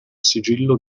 sigillo